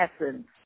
essence